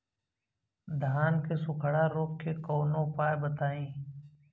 धान के सुखड़ा रोग के कौनोउपाय बताई?